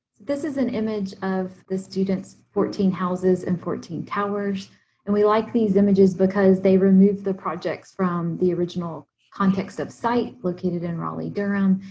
this is an image of the students' fourteen houses and fourteen towers, and we like these images because they remove the projects from the original context of site, located in raleigh-durham,